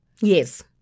Yes